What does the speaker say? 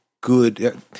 good –